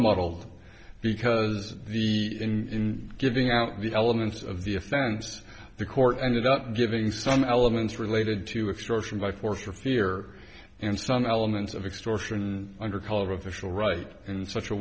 muddled because the in giving out the elements of the offense the court ended up giving some elements related to extortion by force or fear and some elements of extortion under color official right in such a